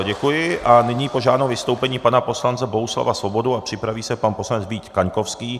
Děkuji a nyní požádám o vystoupení pana poslance Bohuslava Svobodu a připraví se pan poslanec Vít Kaňkovský.